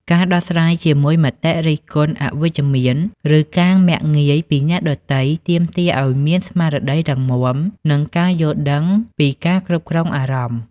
ការដោះស្រាយជាមួយមតិរិះគន់អវិជ្ជមាន ឬការមាក់ងាយពីអ្នកដទៃ ទាមទារឱ្យមានស្មារតីរឹងមាំ និងការយល់ដឹងពីការគ្រប់គ្រងអារម្មណ៍។